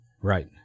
right